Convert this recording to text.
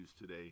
today